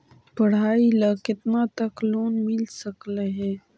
पढाई ल केतना तक लोन मिल सकले हे?